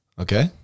Okay